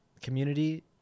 community